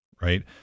right